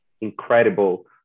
incredible